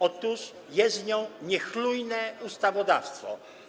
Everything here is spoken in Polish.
Otóż jest nią niechlujne ustawodawstwo.